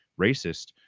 racist